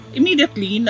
Immediately